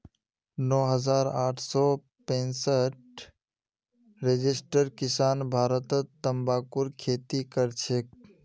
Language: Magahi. नौ हजार आठ सौ पैंसठ रजिस्टर्ड किसान भारतत तंबाकूर खेती करछेक